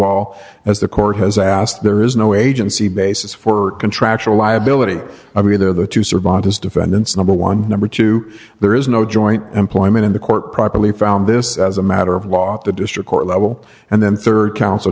all as the court has asked there is no agency basis for contractual liability i mean there are the two survived as defendants number one number two there is no joint employment in the court properly found this as a matter of law at the district court level and then rd counsel